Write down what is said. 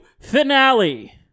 Finale